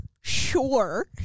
Sure